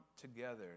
together